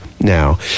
now